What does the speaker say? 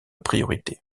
priorité